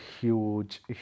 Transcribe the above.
huge